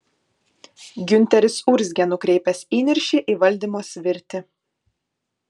giunteris urzgė nukreipęs įniršį į valdymo svirtį